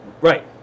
right